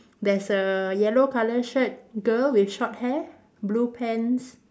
there's a yellow colour shirt girl with short hair blue pants